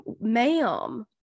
ma'am